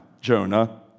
Jonah